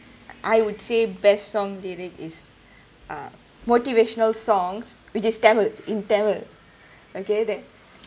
I would say best song lyric is a motivational songs which just tamil in tamil okay that